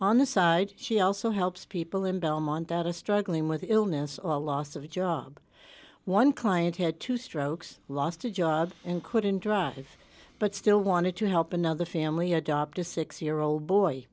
on the side she also helps people in belmont that are struggling with illness or loss of job one client had two strokes lost a job and couldn't drive but still wanted to help another family adopt a six year old boy